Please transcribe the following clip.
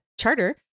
charter